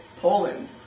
Poland